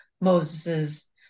Moses's